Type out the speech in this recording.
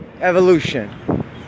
evolution